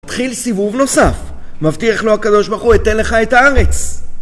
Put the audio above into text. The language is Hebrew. מתחיל סיבוב נוסף. מבטיח לו הקב"ה, אתן לך את הארץ.